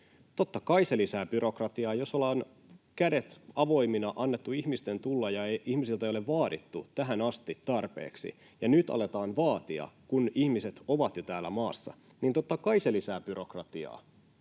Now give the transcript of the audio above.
Totta kai se lisää byrokratiaa. Jos ollaan kädet avoimina annettu ihmisten tulla ja ihmisiltä ei ole vaadittu tähän asti tarpeeksi, ja kun nyt aletaan vaatia, kun ihmiset ovat jo täällä maassa, niin totta kai se lisää byrokratiaa.